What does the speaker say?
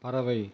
பறவை